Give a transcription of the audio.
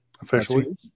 officially